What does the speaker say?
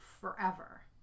forever